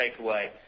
takeaway